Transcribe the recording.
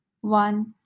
One